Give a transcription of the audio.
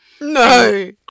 No